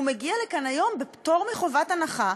הוא מגיע לכאן היום בפטור מחובת הנחה,